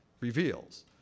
reveals